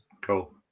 cool